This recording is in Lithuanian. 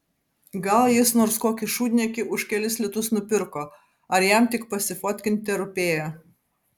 gal jis nors kokį šūdniekį už kelis litus nupirko ar jam tik pasifotkint terūpėjo